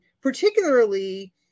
particularly